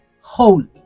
holy